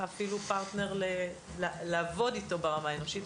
אפילו פרטנר לעבוד איתו ברמה האנושית,